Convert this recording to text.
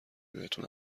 بهتون